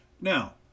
Now